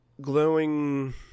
glowing